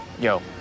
yo